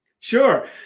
Sure